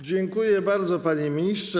Dziękuję bardzo, panie ministrze.